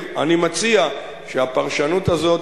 אני מציע כי הפרשנות הזאת,